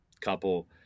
couple